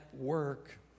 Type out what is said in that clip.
work